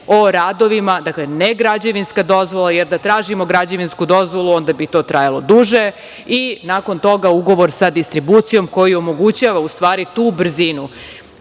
o radovima, dakle, ne građevinska dozvola, jer da tražimo građevinsku dozvolu onda bi to trajao duže i nakon toga ugovor sa distribucijom koju omogućava u stvari tu brzinu.